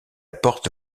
porte